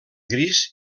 gris